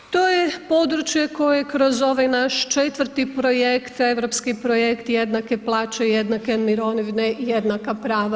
To je područje koje kroz ovaj naš 4. projekt, europski projekt jednake plaće, jednake mirovine, jednaka prava.